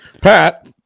pat